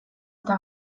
eta